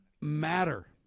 matter